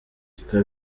twe